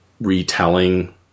retelling